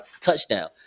touchdown